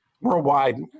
worldwide